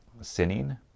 sinning